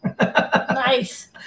Nice